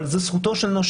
זה כן קשור, כי אם הנושה